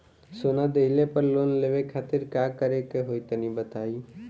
सोना दिहले पर लोन लेवे खातिर का करे क होई तनि बताई?